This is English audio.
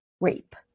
rape